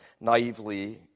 naively